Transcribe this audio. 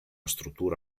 struttura